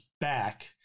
back